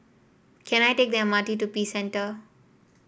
can I take the M R T to Peace Centre